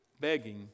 begging